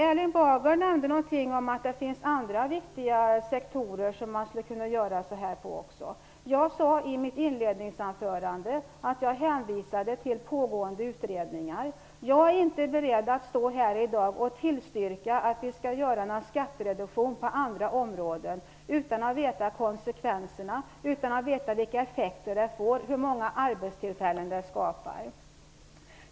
Erling Bager nämnde att det finns andra viktiga sektorer där man skulle kunna införa skattereduktioner. Jag sade i mitt inledningsanförande att jag hänvisade till pågående utredningar. Jag är inte beredd att stå här i dag och tillstyrka skattereduktioner på andra områden utan att veta konsekvenserna och utan att veta vilka effekter det får och hur många arbetstillfällen det skapar.